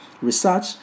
research